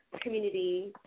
community